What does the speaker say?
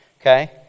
okay